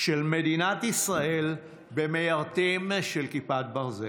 של מדינת ישראל במיירטים של כיפת ברזל.